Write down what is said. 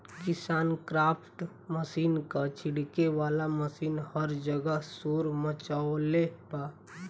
KisanKraft machine क छिड़के वाला मशीन हर जगह शोर मचवले बा